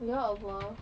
ya allah